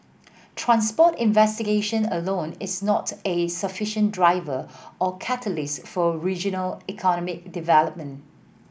transport investigation alone is not a sufficient driver or catalyst for regional economic development